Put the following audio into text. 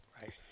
Right